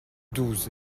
douze